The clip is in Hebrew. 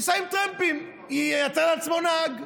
ייסע בטרמפים, ימצא לעצמו נהג,